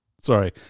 sorry